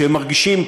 שהם מרגישים,